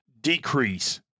decrease